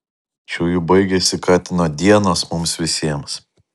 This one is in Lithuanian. čiuju baigėsi katino dienos mums visiems